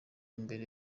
imbere